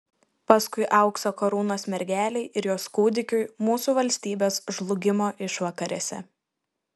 paskui aukso karūnos mergelei ir jos kūdikiui mūsų valstybės žlugimo išvakarėse